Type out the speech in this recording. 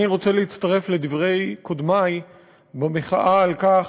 אני רוצה להצטרף לדברי קודמי במחאה על כך